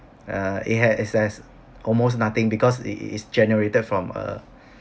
uh it had it has almost nothing because it is generated from a